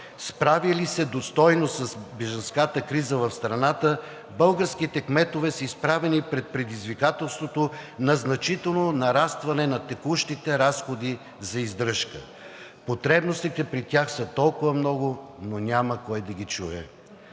Справили се достойно с бежанската криза в страната, българските кметове са изправени пред предизвикателството на значително нарастване на текущите разходи за издръжка. Потребностите при тях са толкова много, но няма кой да ги чуе.